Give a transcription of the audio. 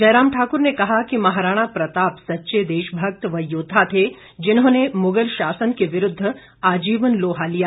जयराम ठाकर ने कहा कि महाराणा प्रताप सच्चे देशभक्त व योद्वा थे जिन्होंने मुगल शासन के विरूद्व आजीवन लोहा लिया